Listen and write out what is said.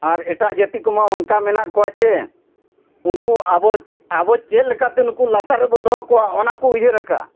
ᱟᱨ ᱮᱴᱟᱜ ᱡᱟᱹᱛᱤ ᱠᱚᱢᱟ ᱚᱱᱠᱟ ᱢᱮᱱᱟᱜ ᱠᱚᱣᱟ ᱪᱮ ᱩᱱᱠᱩ ᱟᱵᱚ ᱟᱵᱚ ᱪᱮᱫ ᱞᱮᱠᱟᱛᱮ ᱱᱩᱠᱩ ᱞᱟᱛᱟᱨ ᱨᱮᱵᱚ ᱫᱚᱦᱚ ᱠᱚᱣᱟ ᱚᱱᱟ ᱠᱚ ᱩᱭᱦᱟᱹᱨ ᱟᱠᱟᱫᱟ